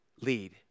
lead